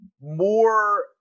more